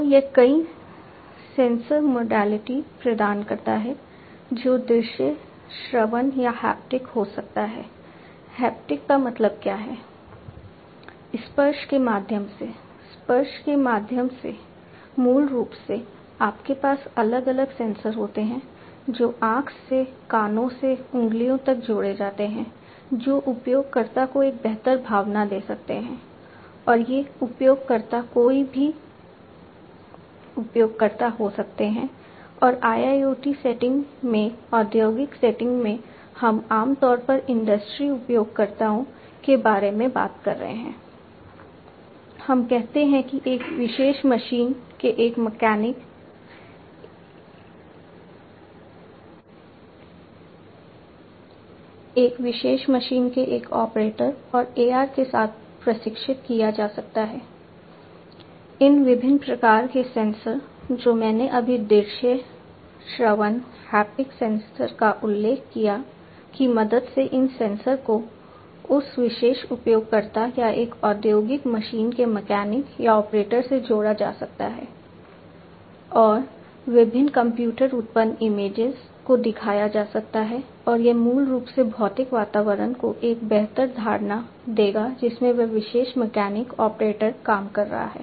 तो यह कई सेंसर मोडेलिटी को दिखाया जा सकता है और यह मूल रूप से भौतिक वातावरण को एक बेहतर धारणा देगा जिसमें वह विशेष मैकेनिक ऑपरेटर काम कर रहा है